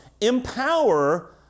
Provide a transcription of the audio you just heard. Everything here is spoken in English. empower